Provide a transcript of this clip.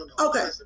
Okay